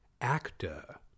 actor